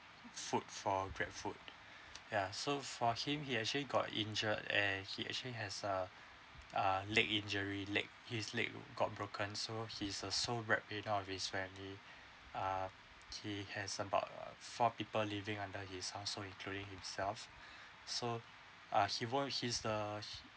food for grabfood ya so for him he actually got injured and he actually has a err leg injury leg his leg got broken so he's a sole breadwinner of his family err he has about err four people living under his um so including himself so err he won't he's err